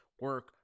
Work